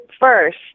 first